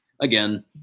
again